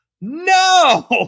No